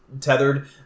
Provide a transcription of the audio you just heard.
tethered